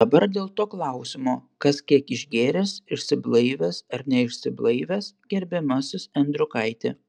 dabar dėl to klausimo kas kiek išgėręs išsiblaivęs ar neišsiblaivęs gerbiamasis endriukaiti